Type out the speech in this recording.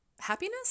happiness